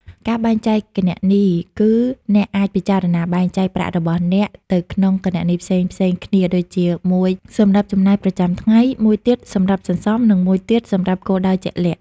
ការបែងចែកគណនី គឺអ្នកអាចពិចារណាបែងចែកប្រាក់របស់អ្នកទៅក្នុងគណនីផ្សេងៗគ្នា ដូចជា មួយសម្រាប់ចំណាយប្រចាំថ្ងៃ មួយទៀតសម្រាប់សន្សំ និងមួយទៀតសម្រាប់គោលដៅជាក់លាក់។